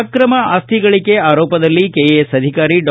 ಅಕ್ರಮ ಆಸ್ತಿ ಗಳಿಕೆ ಆರೋಪದಲ್ಲಿ ಕೆಎಎಸ್ ಅಧಿಕಾರಿ ಡಾ